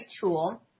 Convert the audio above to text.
tool